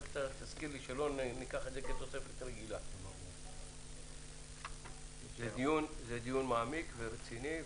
זה דיון מעמיק ורציני,